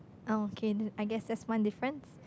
oh okay I guess that's one difference